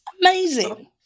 Amazing